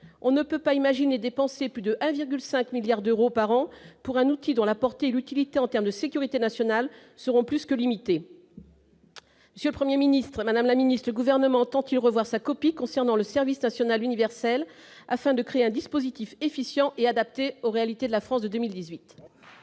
On ne peut pas imaginer dépenser plus de 1,5 milliard d'euros par an pour un outil dont la portée et l'utilité en termes de sécurité nationale seront plus que limitées. Monsieur le Premier ministre, madame la secrétaire d'État, le Gouvernement entend-il revoir sa copie concernant le service national universel, afin de créer un dispositif efficient et adapté aux réalités de la France de 2018 ?